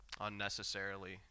unnecessarily